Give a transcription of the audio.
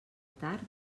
tard